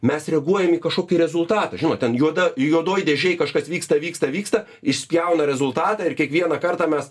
mes reaguojam į kažkokį rezultatą ten juoda juodoj dėžėj kažkas vyksta vyksta vyksta išspjauna rezultatą ir kiekvieną kartą mes